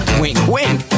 wink-wink